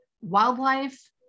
wildlife